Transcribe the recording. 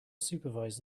supervise